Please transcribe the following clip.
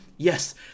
Yes